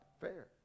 fair